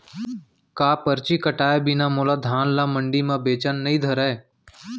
का परची कटाय बिना मोला धान ल मंडी म बेचन नई धरय?